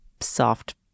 soft